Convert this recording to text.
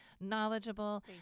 knowledgeable